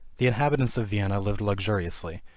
the inhabitants of vienna lived luxuriously,